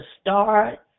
start